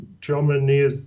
Germany